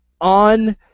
on